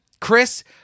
Chris